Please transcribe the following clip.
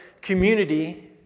community